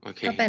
Okay